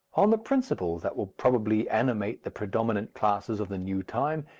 on the principles that will probably animate the predominant classes of the new time,